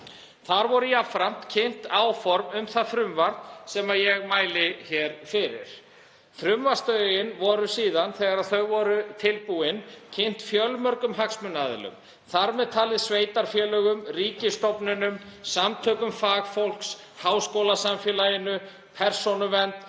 Þar voru jafnframt kynnt áform um það frumvarp sem ég mæli hér fyrir. Frumvarpsdrögin voru síðan, þegar þau voru tilbúin, kynnt fjölmörgum hagsmunaaðilum, þar með talið sveitarfélögum, ríkisstofnunum, samtökum fagfólks, háskólasamfélaginu, Persónuvernd,